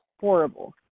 horrible